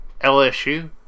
LSU